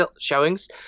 showings